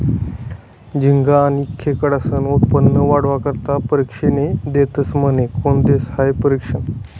झिंगा आनी खेकडास्नं उत्पन्न वाढावा करता परशिक्षने देतस म्हने? कोन देस हायी परशिक्षन?